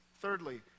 Thirdly